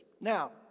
Now